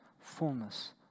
fullness